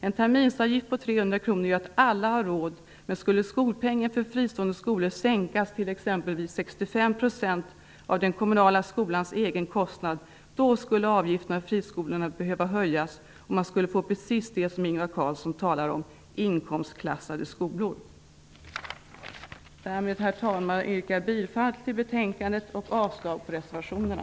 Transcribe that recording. En terminsavgift på 300 kr gör att alla har råd, men skulle skolpengen för fristående skolor sänkas, t.ex. till 65 % av den kommunala skolans egen kostnad, skulle avgiften för friskolorna behöva höjas. Man skulle få precis det som Ingvar Carlsson talar om, nämligen inkomstklassade skolor. Därmed, herr talman, yrkar jag bifall till hemställan i betänkandet och avslag på reservationerna.